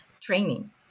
training